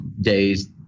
days